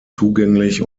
zugänglich